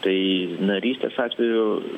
tai narystės atveju